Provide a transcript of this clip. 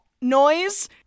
noise